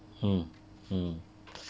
mm mm